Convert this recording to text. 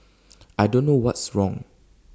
I don't know what's wrong